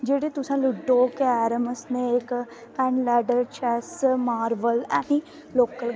जेह्ड़े तुसै ludo carrom snake हैंडलैंड चैस्स मार्वल है नी लोकल गेम